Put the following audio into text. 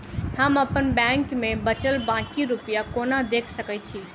हम अप्पन बैंक मे बचल बाकी रुपया केना देख सकय छी?